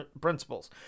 principles